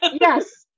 Yes